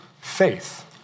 faith